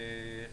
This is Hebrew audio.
אני חושב,